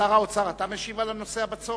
שר האוצר, אתה משיב על נושא הבצורת?